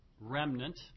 remnant